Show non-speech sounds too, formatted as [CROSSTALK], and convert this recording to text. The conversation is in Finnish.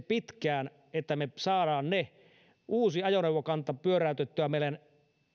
[UNINTELLIGIBLE] pitkään että me saamme uuden ajoneuvokannan pyöräytettyä